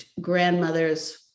grandmother's